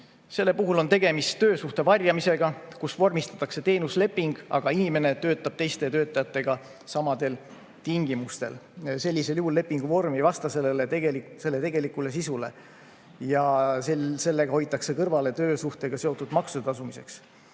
Selle puhul on tegemist töösuhte varjamisega: vormistatakse teenusleping, aga inimene töötab teiste töötajatega samadel tingimustel. Sellisel juhul lepingu vorm ei vasta selle tegelikule sisule ja sellega hoitakse kõrvale töösuhtega seotud maksude tasumisest.